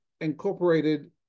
incorporated